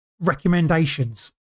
recommendations